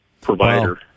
provider